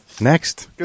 Next